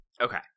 Okay